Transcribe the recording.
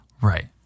Right